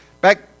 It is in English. Back